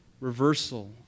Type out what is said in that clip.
reversal